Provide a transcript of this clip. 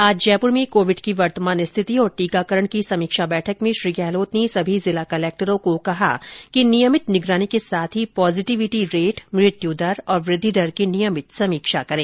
आज जयपुर में कोविड की वर्तमान स्थिति और टीकाकरण की समीक्षा बैठक में श्री गहलोत ने सभी जिला कलेक्टरों को कहा कि नियमित निगरानी के साथ ही पॉजिटिविटी रेट मृत्यु दर और वृद्धि दर की नियमित समीक्षा करें